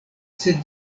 sed